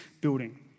building